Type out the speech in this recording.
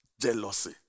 Jealousy